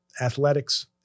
athletics